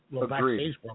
Agreed